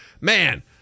man